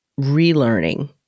relearning